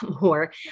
more